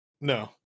No